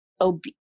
ob